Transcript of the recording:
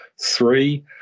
three